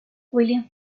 william